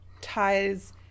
ties